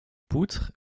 poutre